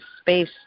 space